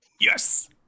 Yes